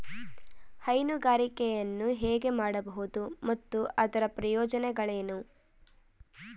ಹೈನುಗಾರಿಕೆಯನ್ನು ಹೇಗೆ ಮಾಡಬಹುದು ಮತ್ತು ಅದರ ಪ್ರಯೋಜನಗಳೇನು?